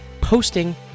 posting